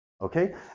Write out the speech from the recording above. Okay